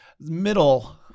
Middle